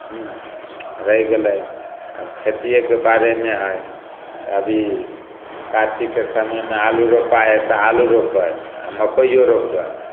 रहि गेलय आब खेतियेके बारेमे हइ आब ई कार्तिकके समयमे आलू रोपय हइ तऽ आलू रोपबय आओर मकइयो रोपबय